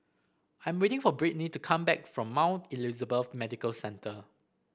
I am waiting for Brittnee to come back from Mount Elizabeth Medical Centre